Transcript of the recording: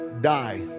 die